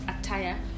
attire